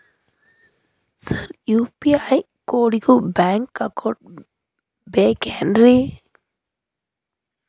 Sir UPI ಕೋಡಿಗೂ bank account ಬೇಕೆನ್ರಿ?